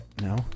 No